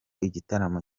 igitaramo